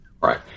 Right